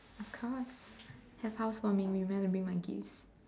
of course have housewarming remember to bring my gifts